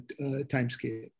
timescale